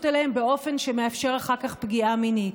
אליהן באופן שמאפשר אחר כך פגיעה מינית.